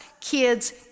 kids